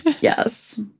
Yes